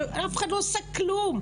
אף אחד לא עשה כלום.